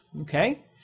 okay